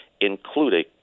including